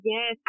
Yes